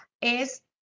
es